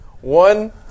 one